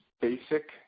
basic